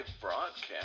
broadcast